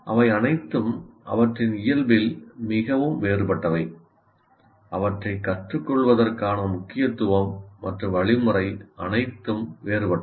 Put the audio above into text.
அவை அனைத்தும் அவற்றின் இயல்பில் மிகவும் வேறுபட்டவை அவற்றைக் கற்றுக்கொள்வதற்கான முக்கியத்துவம் மற்றும் வழிமுறை அனைத்தும் வேறுபட்டவை